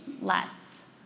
less